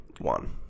One